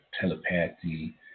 telepathy